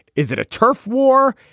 is it a turf war?